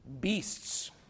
beasts